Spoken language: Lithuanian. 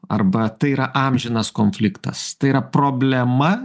arba tai yra amžinas konfliktas tai yra problema